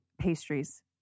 pastries